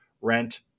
rent